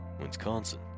Wisconsin